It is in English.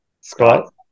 Scott